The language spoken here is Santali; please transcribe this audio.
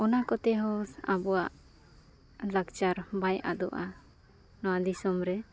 ᱚᱱᱟ ᱠᱚᱛᱮ ᱦᱚᱸ ᱟᱵᱚᱣᱟᱜ ᱞᱟᱠᱪᱟᱨ ᱵᱟᱭ ᱟᱫᱚᱜᱼᱟ ᱱᱚᱣᱟ ᱫᱤᱥᱚᱢᱨᱮ